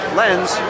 lens